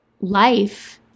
life